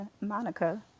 Monica